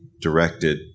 directed